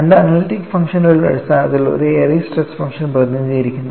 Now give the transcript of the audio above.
രണ്ട് അനലിറ്റിക് ഫംഗ്ഷനുകളുടെ അടിസ്ഥാനത്തിൽ ഒരു എയറിസ് സ്ട്രെസ് ഫംഗ്ഷൻ പ്രതിനിധീകരിക്കുന്നു